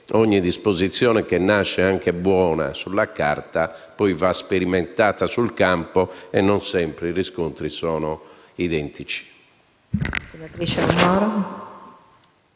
Ogni disposizione, infatti, che nasce buona sulla carta va poi sperimentata sul campo, e non sempre i riscontri sono identici.